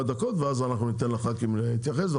דקות ואז אנחנו ניתן לח"כים להתייחס.